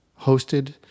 hosted